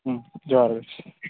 ᱡᱚᱦᱟᱨ ᱜᱮ